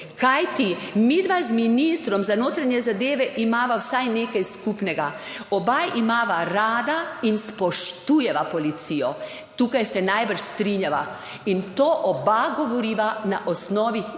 Kajti, midva z ministrom za notranje zadeve imava vsaj nekaj skupnega, oba imava rada in spoštujeva policijo. Tukaj se najbrž strinjava. In to oba govoriva na osnovi izkušenj,